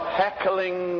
heckling